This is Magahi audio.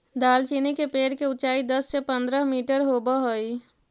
दालचीनी के पेड़ के ऊंचाई दस से पंद्रह मीटर होब हई